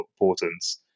importance